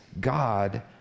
God